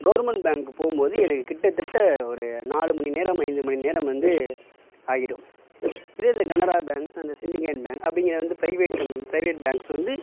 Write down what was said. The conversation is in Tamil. கவுர்மெண்ட் பேங்க்கு போகும்போது எனக்கு கிட்டத்தட்ட ஒரு நாலு மணி நேரம் ஐந்து மணி நேரம் வந்து ஆகிடும் இதே அந்த கனரா பேங்க் அந்த சிண்டிகேன் பேங்க் அப்படிங்கிற வந்து பிரைவேட் கம் பிரைவேட் பேங்க்ஸ் வந்து